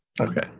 Okay